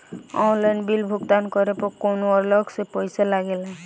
Online bill भुगतान करे पर कौनो अलग से पईसा लगेला?